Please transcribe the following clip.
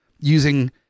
using